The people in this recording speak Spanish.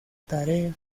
tarea